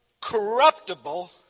corruptible